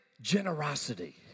generosity